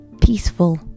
peaceful